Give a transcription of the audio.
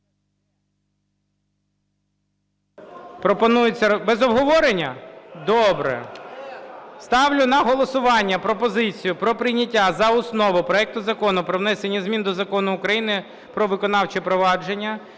Пропонується без обговорення? Добре. Ставлю на голосування пропозицію про прийняття за основу проекту Закону про внесення змін до Закону України "Про виконавче провадження"